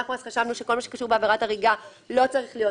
אנחנו חשבנו אז שכל מה שקשור בעבירת הריגה לא צריך להיות